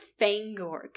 Fangor